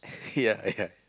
ya ya